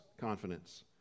confidence